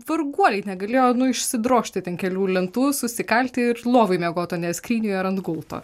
varguoliai negalėjo nu išsidrožti ten kelių lentų susikalti ir lovoj miegot o ne skrynioj ar ant gulto